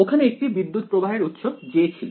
ওখানে একটি বিদ্যুত্ প্রবাহের উৎস J ছিল